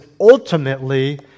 ultimately